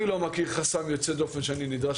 אני לא מכיר חסם יוצא דופן שאני נדרש